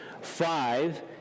five